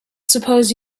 suppose